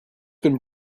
been